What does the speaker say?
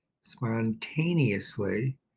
spontaneously